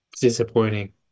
disappointing